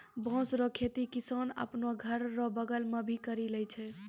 बाँस रो खेती किसान आपनो घर रो बगल मे भी करि लै छै